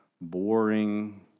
boring